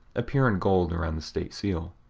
appear in gold around the state seal.